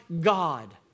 God